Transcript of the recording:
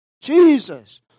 Jesus